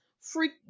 Freak